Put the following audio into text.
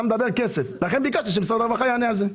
אתה מדבר כסף ולכן ביקשתי שמשרד הרווחה יענה על זה.